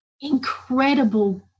incredible